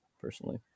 personally